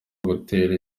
gutera